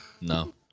No